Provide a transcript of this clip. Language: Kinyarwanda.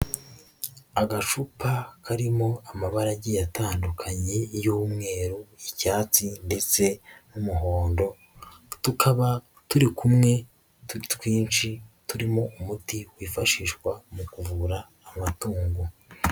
Agacupa karimo amabara agiye atandukanye y'umweru, icyatsi ndetse n'umuhondo, tukaba turi kumwe twinshi turimo umuti wifashishwa mu kuvura amatungo.